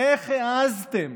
איך העזתם